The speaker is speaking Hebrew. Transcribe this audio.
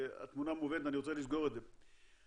שהתמונה מובנת ואני רוצה לסגור את זה,